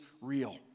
real